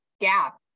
gap